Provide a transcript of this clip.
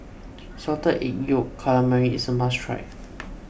Salted Egg Yolk Calamari is a must try